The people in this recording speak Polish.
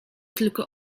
tylko